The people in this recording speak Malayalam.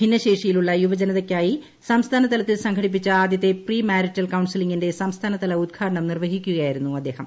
ഭിന്നശേഷിയിലുള്ള യുവജനതക്കായി സംസ്ഥാന തലത്തിൽ സംഘടിപ്പിച്ച ആദ്യത്തെ പ്രീമാരിറ്റൽ കൌൺസിലിംഗിന്റെ സംസ്ഥാന തല ഉദ്ഘാടനം നിർവഹിക്കുകയായിരുന്നു അദ്ദേഹം